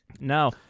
No